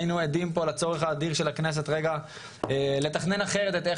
היינו עדים פה לצורך האדיר של הכנסת לתכנן אחרת את איך